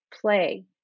play